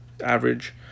average